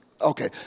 Okay